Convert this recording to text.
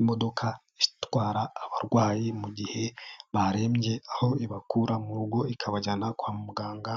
Imodoka itwara abarwayi mu gihe barembye aho ibakura mu rugo ikabajyana kwa muganga